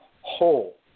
whole